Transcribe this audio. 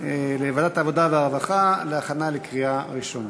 לוועדת העבודה והרווחה להכנה לקריאה ראשונה.